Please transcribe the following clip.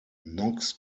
knox